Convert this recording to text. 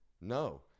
no